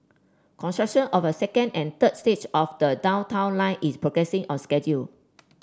construction of a second and third stage of the Downtown Line is progressing on schedule